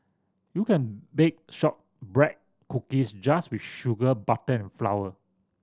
you can bake shortbread cookies just with sugar butter and flour